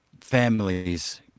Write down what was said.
families